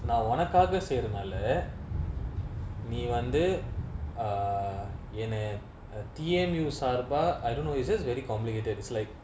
நா ஒனக்காக செய்றதுனால நீ வந்து:na onakaaka seirathunaala nee vanthu err என்ன:enna T_M_U சார்பா:saarpaa I don't know it's just very complicated it's like